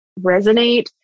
resonate